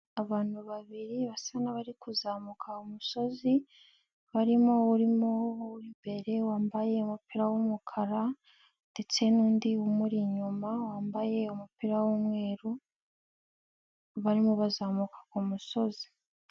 Abantu babiri basa nk'abari kuzamuka umusozi barimo urimo w'imbere wambaye umupira w'umukara ndetse n'undi umuri inyuma wambaye umupira w'umweru barimo bazamuka ku musozi.